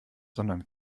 sondern